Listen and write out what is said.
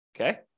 Okay